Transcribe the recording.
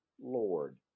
Lord